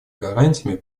гарантиями